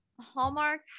hallmark